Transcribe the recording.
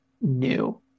new